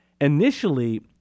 Initially